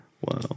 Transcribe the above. Wow